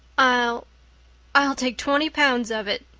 i'll i'll take twenty pounds of it,